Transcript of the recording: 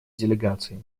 делегаций